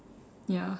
ya